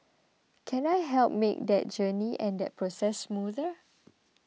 can I help make that journey and that process smoother